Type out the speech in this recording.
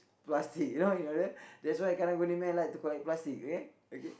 plastic you know that's why karang-guni man like to collect plastic okay okay